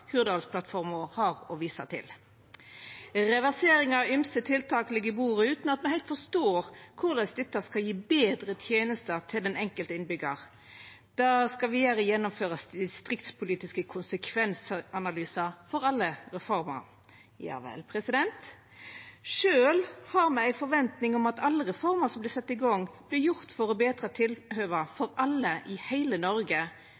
Hurdalsplattforma har å visa til. Reversering av ymse tiltak ligg på bordet, utan at me heilt forstår korleis dette skal gje betre tenester til den enkelte innbyggjar. Det skal vidare gjennomførast distriktspolitiske konsekvensanalysar for alle reformer. Ja vel? Sjølv har me ei forventning om at alle reformer som vert sette i gong, vert gjorde for å betra tilhøva for alle i heile Noreg,